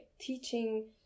teaching